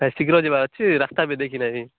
ସେ ଶୀଘ୍ର ଯିବାର ଅଛି ରାସ୍ତା ବି ଦେଖିନାହିଁ